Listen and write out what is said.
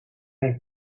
mijn